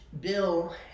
Bill